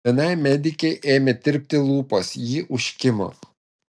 vienai medikei ėmė tirpti lūpos ji užkimo